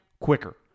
quicker